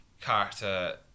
character